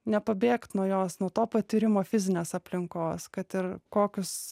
nepabėgt nuo jos nuo to patyrimo fizinės aplinkos kad ir kokius